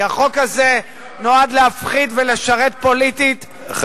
כי החוק הזה נועד להפחיד ולשרת פוליטית מפלגה מסוימת.